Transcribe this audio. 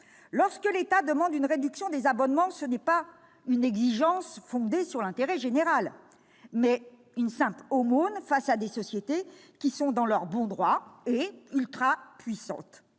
Lorsque l'État demande une réduction des abonnements, c'est non pas une exigence fondée sur l'intérêt général, mais une simple aumône face à des sociétés qui se croient dans leur bon droit et sont ultrapuissantes.